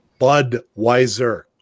Budweiser